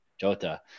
Jota